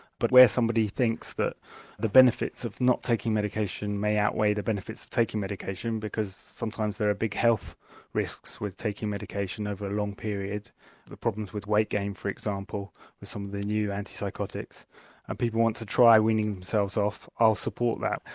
but where somebody thinks that the benefits of not taking medication may outweigh the benefits of taking medication because sometimes there are big health risks with taking medication over a long period the problems of weight gain, for example, with some of the new antipsychotics and people want to try weaning themselves off them, i'll support that.